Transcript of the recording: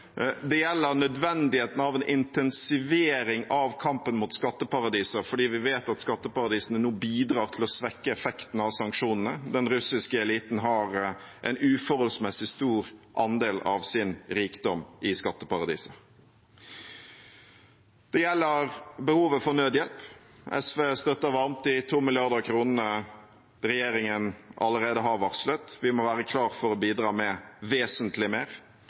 Det gjelder nødvendigheten av en intensivering av kampen mot skatteparadiser fordi vi vet at skatteparadisene nå bidrar til å svekke effekten av sanksjonene. Den russiske eliten har en uforholdsmessig stor andel av sin rikdom i skatteparadiser. Det gjelder behovet for nødhjelp. SV støtter varmt de 2 mrd. kr regjeringen allerede har varslet. Vi må være klar for å bidra med vesentlig mer.